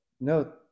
no